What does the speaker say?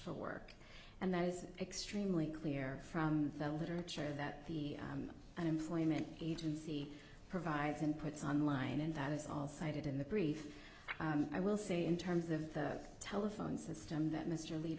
for work and that is extremely clear from the literature that the unemployment agency provides and puts on line and that is all cited in the brief i will say in terms of the telephone system that mr lead